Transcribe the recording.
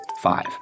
five